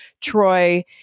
Troy